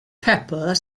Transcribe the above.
pepper